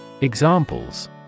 Examples